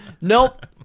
Nope